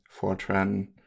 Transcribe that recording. Fortran